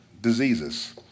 diseases